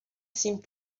seemed